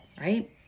right